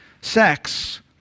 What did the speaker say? sex